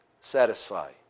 satisfy